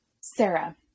Sarah